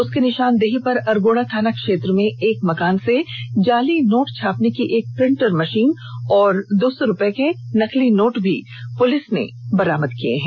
उसकी निषानदेही पर अरगोड़ा थाना क्षेत्र में एक मेकान से जाली नोट छापने की एक प्रिंटर मषीन और दो सौ रुपये के नकली नोट भी पुलिस ने बरामद किया है